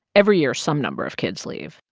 every year, some number of kids leave.